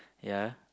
ya